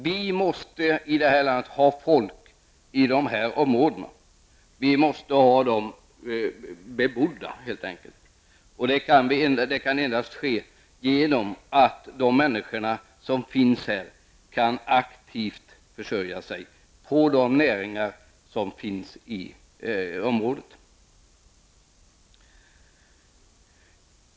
Det måste finnas folk i dessa områden. De måste helt enkelt vara bebodda, och det kan endast ske genom att människorna där aktivt kan försörja sig på de näringar som finns i området.